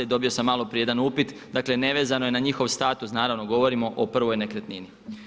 Dobio sam malo prije jedan upit, dakle nevezano je na njihov status naravno govorimo o prvoj nekretnini.